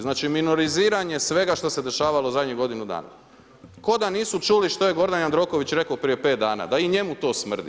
Znači minoriziranje svega što se dešavalo zadnjih godinu dana, ko da nisu čuli što je Gordan Jandroković rekao prije pet dana, da i njemu to smrdi.